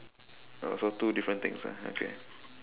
uh so two different things ah okay